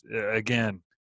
Again